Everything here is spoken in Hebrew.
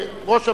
חברים,